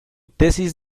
tesis